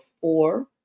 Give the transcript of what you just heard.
four